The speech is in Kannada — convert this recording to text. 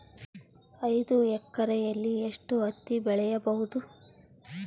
ಐದು ಎಕರೆಯಲ್ಲಿ ಎಷ್ಟು ಹತ್ತಿ ಬೆಳೆಯಬಹುದು?